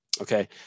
Okay